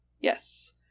Yes